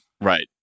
Right